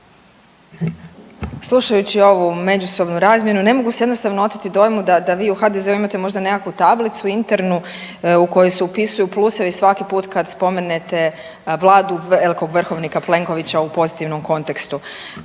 Slušajući ovu međusobnu razmjenu ne mogu si jednostavno oteti dojmu da vi u HDZ-u imate možda nekakvu tablicu internu u koju se upisuju plusevi svaki put kad spomenete Vladu velikog vrhovnika Plenkovića u pozitivnom kontekstu.